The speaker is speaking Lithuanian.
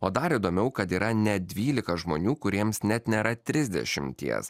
o dar įdomiau kad yra net dvylika žmonių kuriems net nėra trisdešimties